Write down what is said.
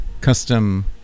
custom